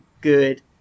good